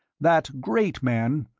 that great man,